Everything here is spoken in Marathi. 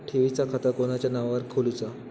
ठेवीचा खाता कोणाच्या नावार खोलूचा?